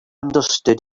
understood